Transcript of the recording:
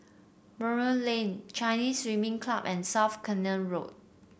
Buroh Lane Chinese Swimming Club and South Canal Road